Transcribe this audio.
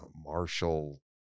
Marshall